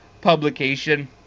publication